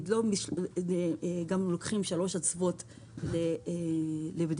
נבדק, לוקחים שלוש אצוות לבדיקה.